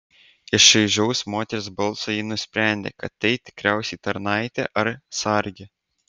iš šaižaus moters balso ji nusprendė kad tai tikriausiai tarnaitė ar sargė